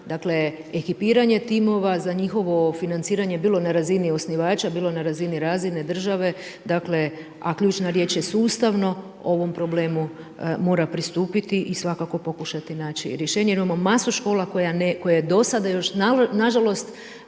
dakle, ekipiranje timova, za njihovo financiranje bilo na razini osnivača, bilo na razini razine države, dakle, a ključna riječ je sustavno, ovom problemu mora pristupiti i svakako naći rješenje jer imao masu škola koja do sada, nažalost,